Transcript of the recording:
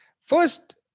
First